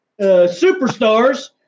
superstars